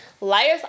liars